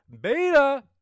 beta